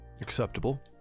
Acceptable